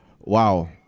wow